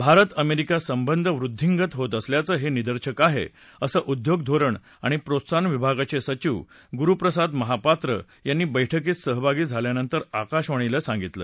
Bharat America संबंध वृद्दींगत होत असल्याचं हे निदर्शक आहे असं उद्योग धोरण आणि प्रोत्साहन विभागाचे सचिव गुरुप्रसाद महापात्र यांनी बैठकीत सहभागी झाल्यानंतर आकाशवाणीला सांगितलं